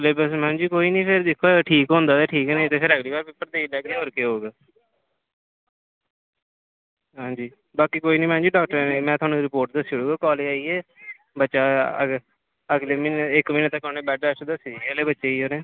चलो तुस मैम जी कोई नी फिर ठीक होंदा ते ठीक ऐ नेंई ते अगली बार पेपर देई ओड़दा होर केह् होग हां जी बाकी कोई नी मैड़म जी में तोआनूं रिपोर्ट दस्सी ओड़गा कालेज़ आईयै बच्चा अगले इक म्हीने तक उनें बैड रेस्ट दस्सी दी ऐ हालें बच्चे गी